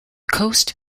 coast